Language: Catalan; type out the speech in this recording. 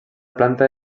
planta